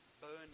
burning